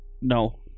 No